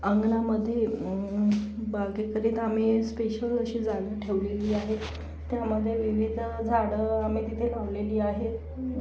अंगणामध्ये बागेकरीता आम्ही स्पेशल अशी जागा ठेवलेली आहे त्यामध्ये विविध झाडं आम्ही तिथे लावलेली आहेत